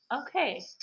Okay